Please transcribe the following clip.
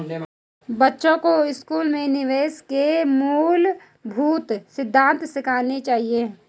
बच्चों को स्कूल में निवेश के मूलभूत सिद्धांत सिखाने चाहिए